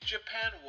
Japan